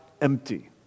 Empty